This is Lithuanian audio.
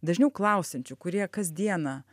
dažniau klausiančių kurie kas dieną